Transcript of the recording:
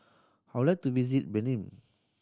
I would like to visit Benin